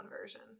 version